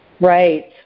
Right